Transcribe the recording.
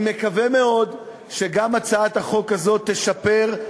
אני מקווה מאוד שגם הצעת החוק הזאת תשפר,